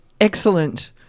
Excellent